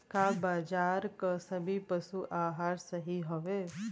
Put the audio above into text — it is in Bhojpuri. का बाजार क सभी पशु आहार सही हवें?